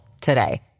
today